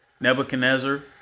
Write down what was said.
Nebuchadnezzar